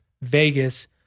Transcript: Vegas